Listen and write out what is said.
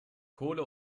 kohle